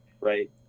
Right